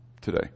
today